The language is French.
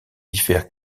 diffère